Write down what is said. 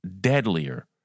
deadlier